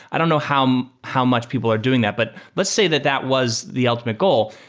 i don't know how how much people are doing that. but let's say that that was the ultimate goal.